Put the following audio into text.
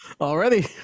Already